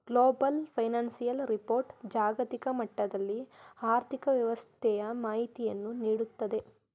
global financial report ಜಾಗತಿಕ ಮಟ್ಟದಲ್ಲಿ ಆರ್ಥಿಕ ವ್ಯವಸ್ಥೆಯ ಮಾಹಿತಿಯನ್ನು ನೀಡುತ್ತದೆ